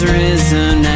risen